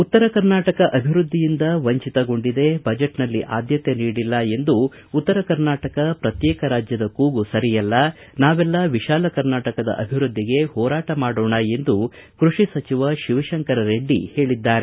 ಉತ್ತರ ಕರ್ನಾಟಕ ಅಭಿವೃದ್ಧಿಯಿಂದ ವಂಚಿತಗೊಂಡಿದೆ ಬಜೆಟ್ನಲ್ಲಿ ಆದ್ಯತೆ ನೀಡಿಲ್ಲ ಎಂದು ಉತ್ತರ ಕರ್ನಾಟಕ ಪ್ರತ್ಯೇಕ ರಾಜ್ಯದ ಕೂಗು ಸರಿಯಲ್ಲ ನಾವೆಲ್ಲಾ ವಿತಾಲ ಕರ್ನಾಟಕದ ಅಭಿವೃದ್ಧಿಗೆ ಹೋರಾಟ ಮಾಡೋಣ ಎಂದು ಕೃಷಿ ಸಚಿವ ಶಿವಶಂಕರ ರಡ್ಡಿ ಹೇಳಿದ್ದಾರೆ